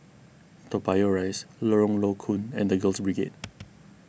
Toa Payoh Rise Lorong Low Koon and the Girls Brigade